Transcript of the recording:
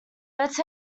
bette